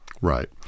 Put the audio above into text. Right